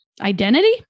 Identity